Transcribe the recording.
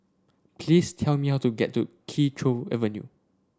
please tell me how to get to Kee Choe Avenue